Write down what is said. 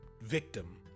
victim